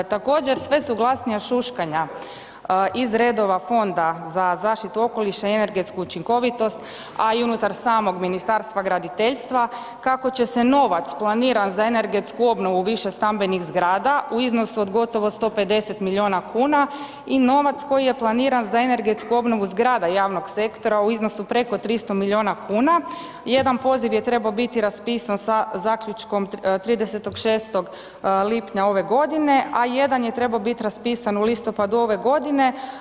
Također, sve su glasnija šuškanja iz redova Fonda za zaštitu okoliša i energetsku učinkovitost, a i u unutar samog Ministarstva graditeljstva kako će se novac planiran za energetsku obnovu višestambenih zgrada u iznosu od gotovo 150 miliona kuna i novac koji je planiran za energetsku obnovu zgrada javnog sektora u iznosu preko 300 miliona kuna, jedan poziv je trebao biti raspisan sa zaključkom 30.6., lipnja ove godine, a jedan je trebao biti raspisan u listopadu ove godine.